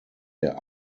der